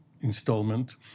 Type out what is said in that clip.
installment